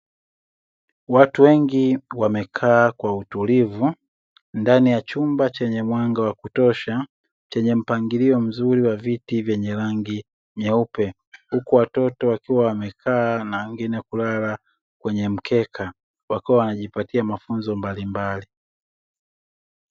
Watu wengi wamekaa kwa utulivu; ndani ya chumba chenye mwanga wa kutosha, chenye mpangilio mzuri wa viti vyenye rangi nyeupe huku watoto wakiwa wamekaa na wengine kulala kwenye mkeka, wakiwa wanajipatia mafunzo mbalimbali.